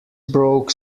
broke